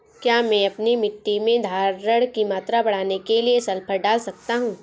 क्या मैं अपनी मिट्टी में धारण की मात्रा बढ़ाने के लिए सल्फर डाल सकता हूँ?